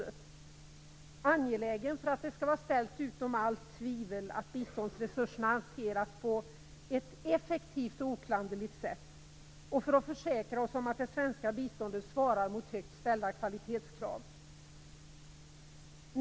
Det är angeläget, därför att det skall vara ställt utom allt tvivel att biståndsresurserna hanteras på ett effektivt och oklanderligt sätt och för att försäkra oss om att det svenska biståndet svarar mot högt ställda kvalitetskrav.